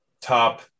top